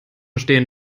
stehen